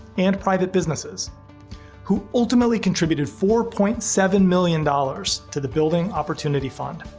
and private businesses who ultimately contributed four point seven million dollars to the building opportunity fund,